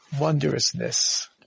wondrousness